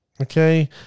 okay